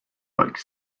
like